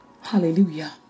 Hallelujah